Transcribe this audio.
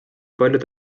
paljud